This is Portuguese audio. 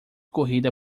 corrida